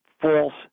false